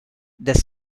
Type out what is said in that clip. des